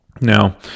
Now